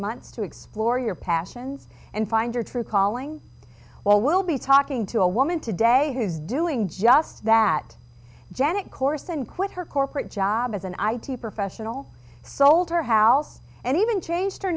months to explore your passions and find your true calling well we'll be talking to a woman today who's doing just that janet corson quit her corporate job as an id professional sold her house and even changed her